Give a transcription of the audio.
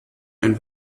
ein